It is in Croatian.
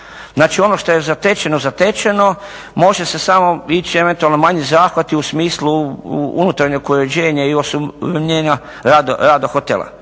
Znači, ono što je zatečeno, zatečeno je. Može se samo ići eventualno manji zahvati u smislu unutarnjeg uređenja i osuvremenjenja rada hotela.